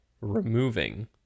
removing